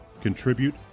Contribute